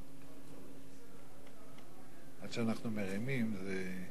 עד שאנחנו מרימים, זה.